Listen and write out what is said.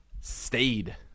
stayed